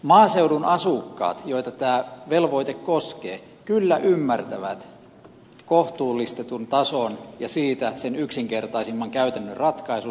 maaseudun asukkaat joita tämä velvoite koskee kyllä ymmärtävät kohtuullistetun tason ja siitä sen yksinkertaisimman käytännön ratkaisun